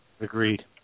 Agreed